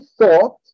thought